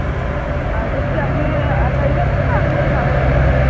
হ্যাঁ আর বলছি আপনি একাই যাবেন না ওনার বাবাও যাবেন